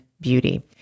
beauty